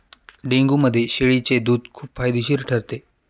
डेंग्यूमध्ये शेळीचे दूध खूप फायदेशीर ठरते